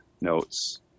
notes